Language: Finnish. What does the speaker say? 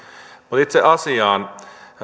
mutta itse asiaan